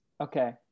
Okay